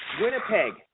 Winnipeg